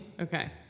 Okay